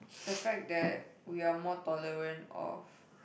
the fact that we are more tolerant of